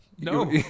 No